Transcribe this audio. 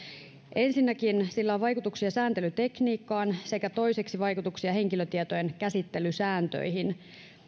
ensinnäkin sillä on vaikutuksia sääntelytekniikkaan sekä toiseksi vaikutuksia henkilötietojen käsittelysääntöihin